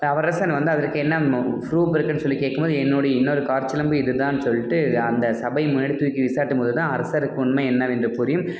அவ்வரசன் வந்து அதற்கு என்ன ம ப்ரூஃப் இருக்குன்னு சொல்லி கேட்கும் போது என்னுடைய இன்னொரு காற்சிலம்பு இது தான்னு சொல்லிட்டு அந்த சபையின் முன்னாடி தூக்கி வீசாட்டும் போது தான் அரசருக்கு உண்மை என்னவென்று புரியும்